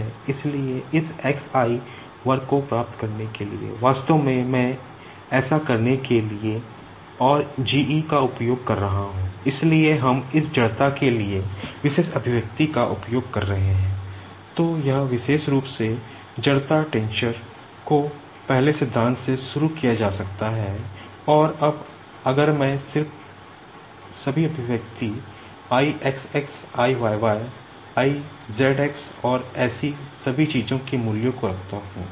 इसलिए इस x i वर्ग को प्राप्त करने के लिए वास्तव में मैं ऐसा करने के लिए और जीई का उपयोग कर रहा हूं इसलिए हम इस जड़ता के लिए विशेष expression I xx I yy I zx और ऐसी सभी चीजों के मूल्यों को रखता हूं